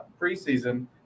preseason –